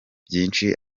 byinshi